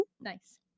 Nice